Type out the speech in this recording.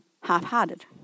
half-hearted